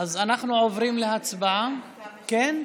אז אנחנו עוברים להצבעה, כן?